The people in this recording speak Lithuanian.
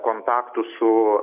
kontaktų su